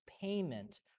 payment